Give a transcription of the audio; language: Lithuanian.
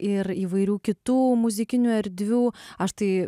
ir įvairių kitų muzikinių erdvių aš tai